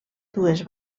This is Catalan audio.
dues